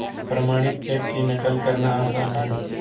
प्रमाणित चेक की नक़ल करना आसान है